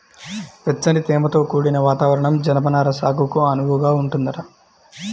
వెచ్చని, తేమతో కూడిన వాతావరణం జనపనార సాగుకు అనువుగా ఉంటదంట